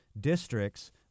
districts